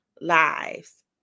lives